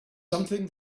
something